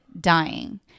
dying